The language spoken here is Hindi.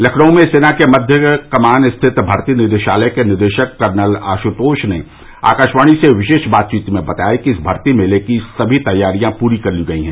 लखनऊ में सेना के मध्य कमान स्थित भर्ती निदेशालय के निदेशक कर्नल आशुतोष ने आकाशवाणी से विशेष बातचीत में बताया कि इस भर्ती मेले की सभी तैयारियां पूरी कर ली गयी हैं